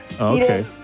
Okay